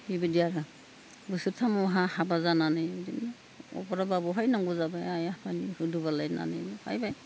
बेबायदि आरो बोसोरथामावहा हाबा जानानै बिदिनो अबराबा बहाय नांगौ जाबाय आइया आफानि हुदु बालायनानै फैबाय